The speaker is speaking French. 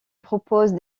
propose